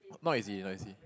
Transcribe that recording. not easy not east